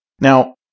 Now